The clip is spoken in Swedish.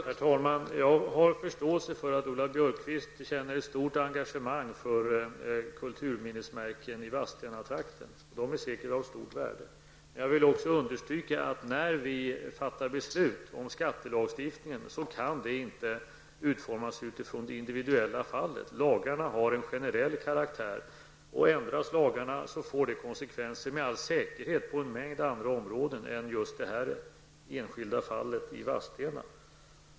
Herr talman! Jag har förståelse för att Lola Björkquist känner ett stort engagemang för kulturminnesmärken i Vadstenatrakten, och de är säkert av stort värde. Men jag vill även understryka att när vi fattar beslut om skattelagstiftningen kan det inte utformas utifrån det individuella fallet. Lagarna har en generell karaktär, och ändras lagarna får det med all säkerhet konsekvenser på en mängd andra områden, inte bara i det här enskilda fallet i Vadstena.